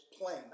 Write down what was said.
plan